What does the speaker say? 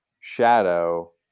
shadow